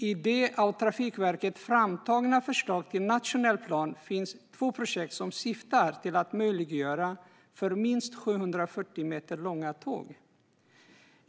I det av Trafikverket framtagna förslaget till nationell plan finns två projekt som syftar till att möjliggöra för minst 740 meter långa tåg.